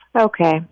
Okay